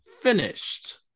finished